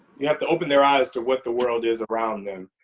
you have to open their eyes to what the world is around them,